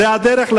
זאת הדרך?